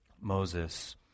Moses